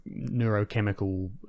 neurochemical